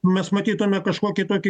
mes matytume kažkokį tokį